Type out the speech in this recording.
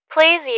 Please